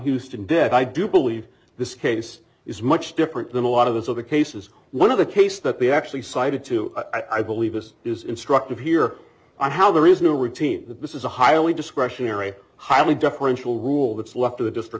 houston did i do believe this case is much different than a lot of those other cases one of the case that we actually cited to i believe this is instructive here on how there is no routine this is a highly discretionary highly deferential rule that's left to the district